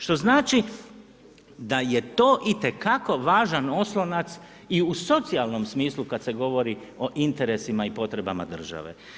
Što znači da je to itekako važan oslonac i u socijalnom smislu kad se govori o interesima i potrebama države.